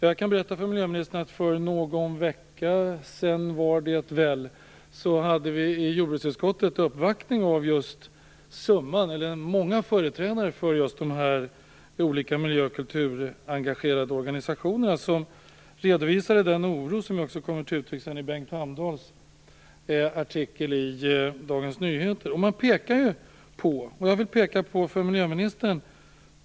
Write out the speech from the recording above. Jag kan berätta för miljöministern att vi i jordbruksutskottet för någon vecka sedan hade en uppvaktning av många företrädare för just de här miljö och kulturengagerade organisationerna som redovisade den oro som sedan också kom till uttryck i Jag vill göra två påpekanden för miljöministern.